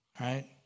right